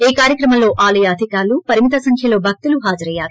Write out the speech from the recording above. ఈ కార్యక్రమంలో ఆలయ అధికారులు పరిమిత సంఖ్యలో భక్తులు హాజరయ్యారు